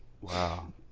Wow